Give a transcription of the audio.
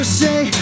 say